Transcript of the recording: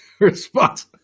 response